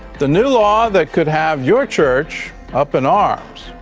the new law that could have your church up in arms.